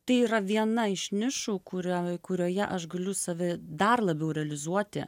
tai yra viena iš nišų kuria kurioje aš galiu save dar labiau realizuoti